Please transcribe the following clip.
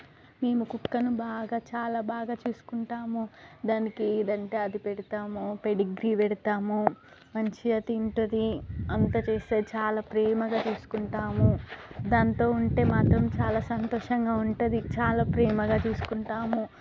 మేము కుక్కను బాగా చాలా బాగా చూసుకుంటాము దానికి ఏదంటే అది పెడతాము పెడిగ్రీ పెడతాము మంచిగా తింటుంది అంతా చేస్తుంది చాలా ప్రేమగా చూసుకుంటాము దాంతో ఉంటే మాత్రం చాలా సంతోషంగా ఉంటుంది చాలా ప్రేమగా చూసుకుంటాము